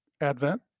Advent